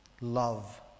love